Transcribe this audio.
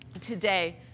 today